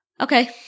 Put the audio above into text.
Okay